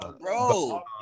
bro